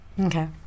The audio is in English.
Okay